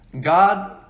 God